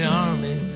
army